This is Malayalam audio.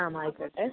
ആം ആയിക്കോട്ടെ